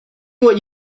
what